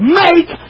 make